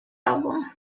album